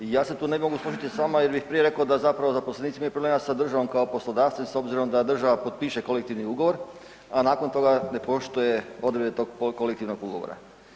Ja se tu ne mogu složiti s vama jer bih prije rekao da zapravo zaposlenici imaju problema sa državom kao poslodavcem s obzirom da država potpiše kolektivni ugovor a nakon toga ne poštuje odredbe tog kolektivnog ugovora.